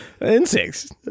insects